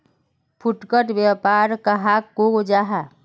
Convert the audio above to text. फुटकर व्यापार कहाक को जाहा?